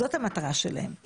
זאת המטרה שלהם.